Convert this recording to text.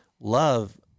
love